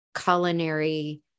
culinary